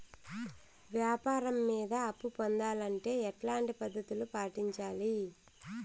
వ్యాపారం మీద అప్పు పొందాలంటే ఎట్లాంటి పద్ధతులు పాటించాలి?